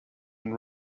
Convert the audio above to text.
been